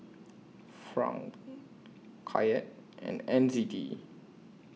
Franc Kyat and N Z D